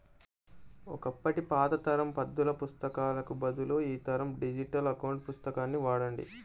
ఒకప్పటి పాత తరం పద్దుల పుస్తకాలకు బదులు ఈ తరం డిజిటల్ అకౌంట్ పుస్తకాన్ని వాడండి